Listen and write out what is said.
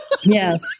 Yes